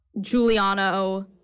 giuliano